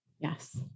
Yes